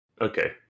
okay